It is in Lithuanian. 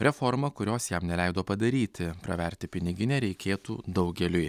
reformą kurios jam neleido padaryti praverti piniginę reikėtų daugeliui